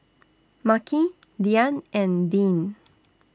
Makhi Diann and Deane